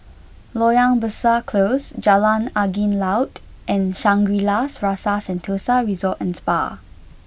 Loyang Besar Close Jalan Angin Laut and Shangri La's Rasa Sentosa Resort and Spa